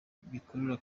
bikurura